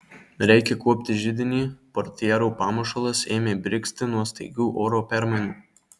reikia kuopti židinį portjerų pamušalas ėmė brigzti nuo staigių oro permainų